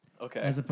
Okay